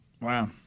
Wow